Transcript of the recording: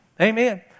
Amen